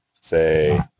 Say